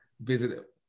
visit